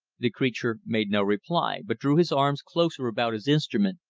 the creature made no reply, but drew his arms closer about his instrument,